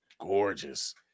gorgeous